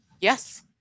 Yes